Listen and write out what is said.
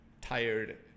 tired